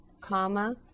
comma